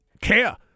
care